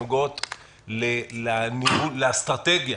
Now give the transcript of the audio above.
שנוגעות לאסטרטגיה,